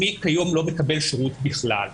מי כיום לא מקבל שירות בכלל.